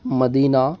Medina